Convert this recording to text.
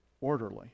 orderly